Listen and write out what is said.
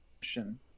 question